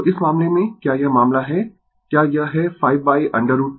तो इस मामले में क्या यह मामला है क्या यह है 5√ 210√ 2